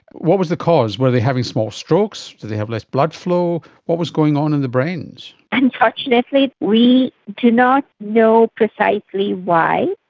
what was the cause? were they having small strokes? did they have less blood flow? what was going on in the brains? unfortunately we do not know precisely why.